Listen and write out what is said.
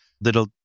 that'll